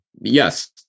Yes